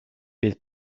bydd